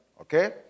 okay